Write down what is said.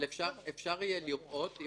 אבל אפשר יהיה לראות,